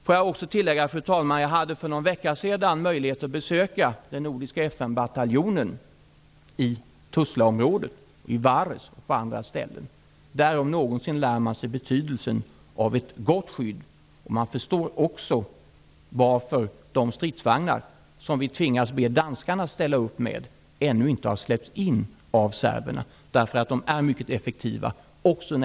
Jag vill också tillägga, fru talman, att jag för någon vecka sedan hade möjlighet att besöka den nordiska FN-bataljonen i Tuzlaområdet, i Varec och på andra ställen. Där om någonstans lär man sig betydelsen av ett gott skydd. Man förstår också varför de stridsvagnar som vi har tvingats be danskarna att ställa upp med ännu inte har släppts in av serberna: de är mycket effektiva.